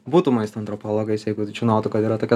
būtų maisto antropologais jeigu žinotų kad yra tokia